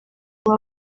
kuba